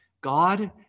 God